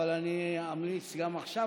אבל אני אמליץ עכשיו,